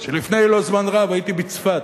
שלפני זמן לא רב הייתי בצפת,